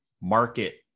market